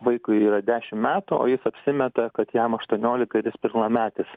vaikui yra dešimt metų o jis apsimeta kad jam aštuoniolika ir jis pilnametis